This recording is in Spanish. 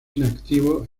inactivo